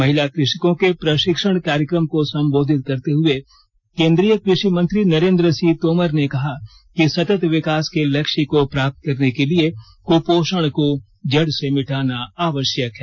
महिला क षकों के प्रशिक्षण कार्यक्रम को संबोधित करते हुए केन्द्रीय कृषि मंत्री नरेन्द्र सिंह तोमर ने कहा कि सतत विकास के लक्ष्य को प्राप्त करने के लिए कुपोषण को जड़ से मिटाना आवश्यक है